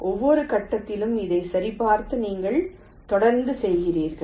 ஒவ்வொரு கட்டத்திலும் இதை சரிபார்த்து நீங்கள் தொடர்ந்து செய்கிறீர்கள்